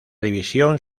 división